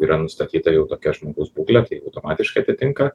yra nustatyta jau tokia žmogaus būklė tai automatiškai atitinka